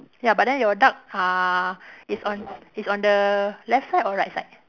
ya but then your duck uh it's on it's on the left side or right side